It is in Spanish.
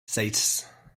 seis